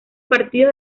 partidos